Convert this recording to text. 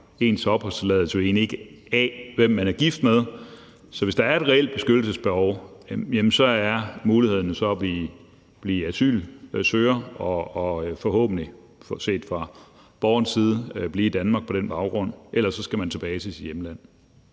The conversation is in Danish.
ens opholdstilladelse jo egentlig ikke af, hvem man er gift med. Så hvis der er et reelt beskyttelsesbehov, er mulighederne så at blive asylsøger og forhåbentlig, set fra borgerens side, på den baggrund blive i Danmark. Ellers skal man tilbage til sit hjemland.